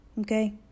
Okay